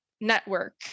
network